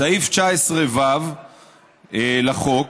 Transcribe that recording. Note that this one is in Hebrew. סעיף 19ו לחוק,